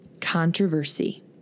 controversy